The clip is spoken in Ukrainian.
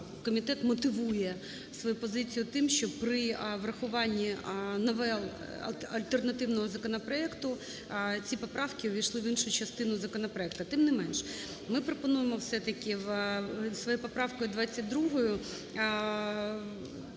комітет мотивує свою позицію тим, що при врахуванні новел альтернативного законопроекту ці поправки ввійшли в іншу частину законопроекту. Тим не менше, ми пропонуємо все-таки своєю поправкою 22